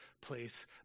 place